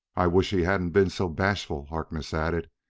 i wish he hadn't been so bashful, harkness added.